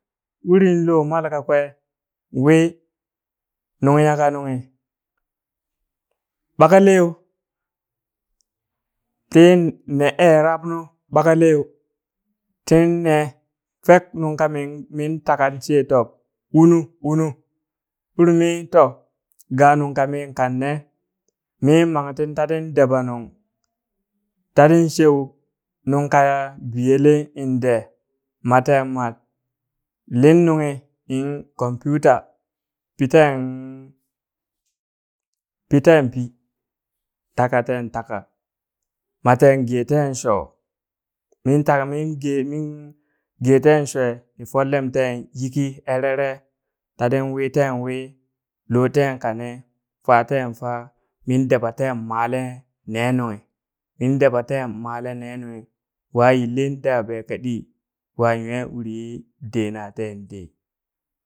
Urin lo mal kakwe wi nung nyaka nunghi ɓakale yo tin ne e rab nu ɓakaleyo tinne fek nunkamin mi taka she tob unu unu urimi to ganungka mi kanne mi mang tin tatin daba nung tatin shue nung ka biyele in ɗe maten matlin nunghi in computa piten piten pi taka ten taka maten geten sho min taka min ge min geten shwe ni follem te yiki erere tatin witen wi loten kane faten fa min dabaten male ne nunghi dabaten male ne nunghi wa yillin da ɓekeɗi wa nwe uri yi denaten de.